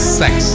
sex